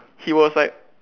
he was like